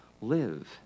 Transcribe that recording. live